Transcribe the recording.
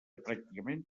pràcticament